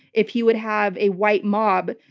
if he would have a white mob,